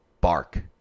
bark